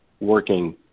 working